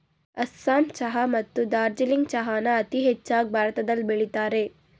ಅಸ್ಸಾಂ ಚಹಾ ಮತ್ತು ಡಾರ್ಜಿಲಿಂಗ್ ಚಹಾನ ಅತೀ ಹೆಚ್ಚಾಗ್ ಭಾರತದಲ್ ಬೆಳಿತರೆ